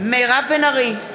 מירב בן ארי,